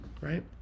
right